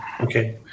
Okay